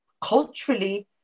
culturally